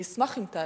אני אשמח אם תעלי,